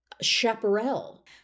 chaparral